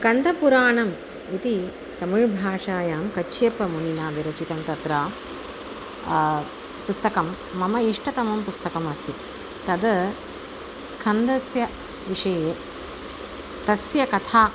स्कन्दपुराणम् इति तमिल्भाषायां कच्छेपमुनिना विरचितं तत्र पुस्तकं मम इष्टतमं पुस्तकमस्ति तद् स्कन्दस्य विषये तस्य कथा